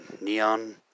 neon